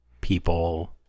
people